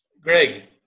Greg